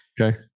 Okay